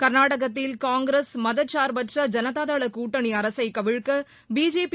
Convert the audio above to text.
கர்நாடகத்தில் காங்கிரஸ் மதச்சார்பற்ற ஜனதாதளகூட்டனிஅரசைகவிழ்க்க பிஜேபி